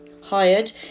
hired